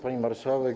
Pani Marszałek!